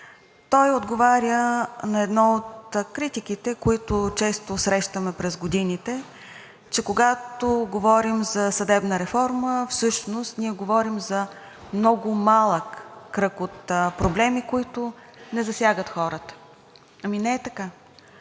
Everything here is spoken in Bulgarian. Той отговаря на една от критиките, които често срещаме през годините, че когато говорим за съдебна реформа, всъщност ние говорим за много малък кръг от проблеми, които не засягат хората. Ами не е така!